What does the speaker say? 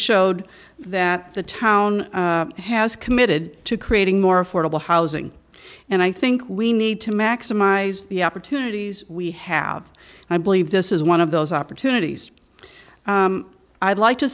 showed that the town has committed to creating more affordable housing and i think we need to maximize the opportunities we have i believe this is one of those opportunities i'd like to